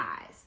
eyes